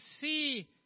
see